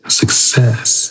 success